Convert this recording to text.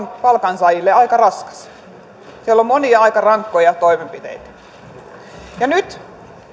palkansaajille aika raskas siellä on monia aika rankkoja toimenpiteitä nyt